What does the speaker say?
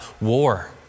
war